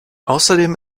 außerdem